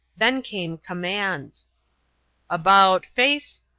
then came commands about face!